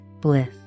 bliss